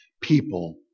people